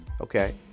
Okay